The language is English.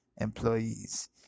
employees